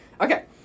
Okay